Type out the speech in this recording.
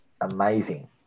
Amazing